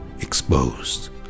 exposed